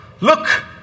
look